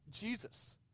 Jesus